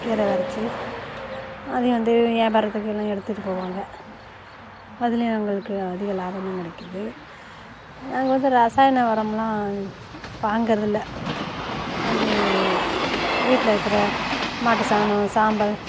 கீரை வெதைச்சி அதையும் வந்து வியாபாரத்துக்கெல்லாம் எடுத்துகிட்டுப் போவாங்க அதுலேயும் அவர்களுக்கு அதிக லாபம் தான் கிடைக்கிது நாங்கள் வந்து ரசாயன உரமெலாம் வாங்கிறது இல்லை அது வீட்டில் இருக்கிற மாட்டு சாணம் சாம்பல்